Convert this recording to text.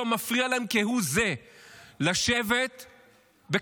ולא מפריע להם כהוא זה לשבת בקבינט,